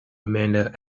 amanda